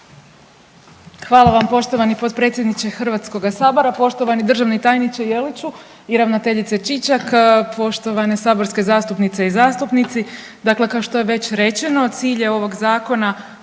Hvala vam poštovani potpredsjedniče HS, poštovani državni tajniče Jeliću i ravnateljice Čičak, poštovane saborske zastupnice i zastupnici. Dakle kao što je već rečeno cilj je ovog zakona